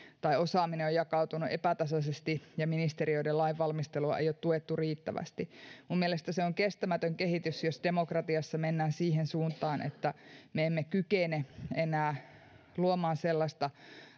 tai osaaminen on jakautunut epätasaisesti ja ministeriöiden lainvalmistelua ei ole tuettu riittävästi minun mielestäni se on kestämätön kehitys jos demokratiassa mennään siihen suuntaan että me emme kykene enää luomaan sellaista